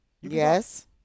Yes